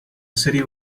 city